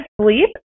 sleep